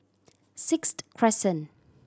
Sixth Crescent